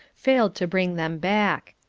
failed to bring them back.